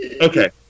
Okay